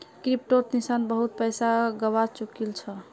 क्रिप्टोत निशांत बहुत पैसा गवा चुकील छ